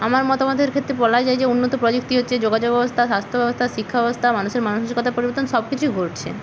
আমার মতামতের ক্ষেত্রে বলা যায় যে উন্নত প্রযুক্তি হচ্ছে যোগাযোগ ব্যবস্থা স্বাস্থ্য ব্যবস্থা শিক্ষা ব্যবস্থা মানুষের মানসিকতার পরিবর্তন সব কিছুই ঘটছে